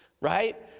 right